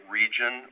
region